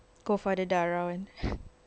go for the darah one